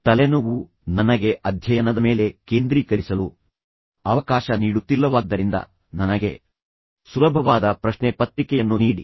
ತಲೆನೋವು ನನಗೆ ಅಧ್ಯಯನದ ಮೇಲೆ ಕೇಂದ್ರೀಕರಿಸಲು ಅವಕಾಶ ನೀಡುತ್ತಿಲ್ಲವಾದ್ದರಿಂದ ನನಗೆ ಸುಲಭವಾದ ಪ್ರಶ್ನೆ ಪತ್ರಿಕೆಯನ್ನು ನೀಡಿ